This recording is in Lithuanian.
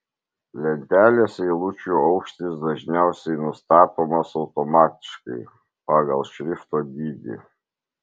lentelės eilučių aukštis dažniausiai nustatomas automatiškai pagal šrifto dydį